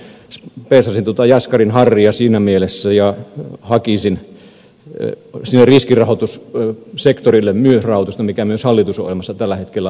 vähän peesaisin tuota jaskarin harria siinä mielessä ja hakisin sinne riskirahoitussektorille myös rahoitusta mikä myös hallitusohjelmassa on tällä hetkellä kirjattuna